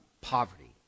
poverty